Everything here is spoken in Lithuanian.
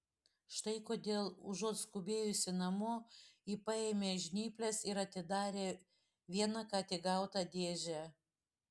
štai kodėl užuot skubėjusi namo ji paėmė žnyples ir atidarė vieną ką tik gautą dėžę